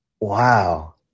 Wow